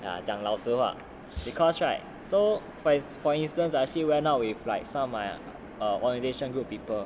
ya 讲老实话 because right so for for your instance ah I actually went out with like some of my err orientation group people